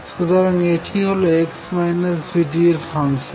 সুতরাং এটি হল x v t এর ফাংশন